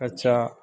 कच्चा